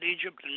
Egypt